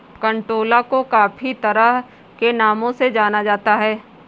कंटोला को काफी तरह के नामों से जाना जाता है